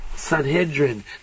Sanhedrin